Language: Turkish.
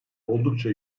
oldukça